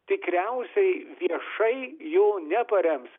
tikriausiai viešai jo neparems